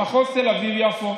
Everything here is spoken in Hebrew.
במחוז תל אביב-יפו,